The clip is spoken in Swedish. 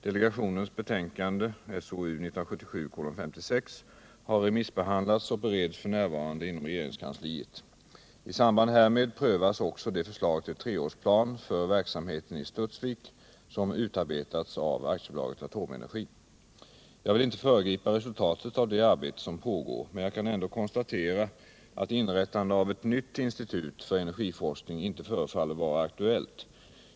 Delegationens betänkande har remissbehandlats och bereds f. n. inom regeringskansliet. I samband härmed prövas också det förslag till treårsplan för verksamheten i Studsvik som utarbetats av AB Atomenergi. Jag vill inte föregripa resultatet av det arbete som pågår, men jag kan ändå konstatera att inrättande av ett nytt institut för energiforskning inte förefaller vara aktuellt.